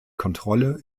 kontrolle